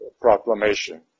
proclamation